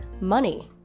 money